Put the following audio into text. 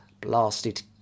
blasted